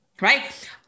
right